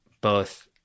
both-